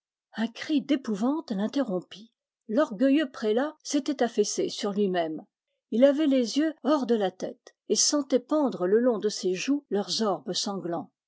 un cri d'épouvante l'interrompit l'orgueilleux prélat s'était affaissé sur lui-même il avait les yeux hors de la tête et sentait pendre le long de ses joues leurs orbes sanglants